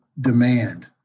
demand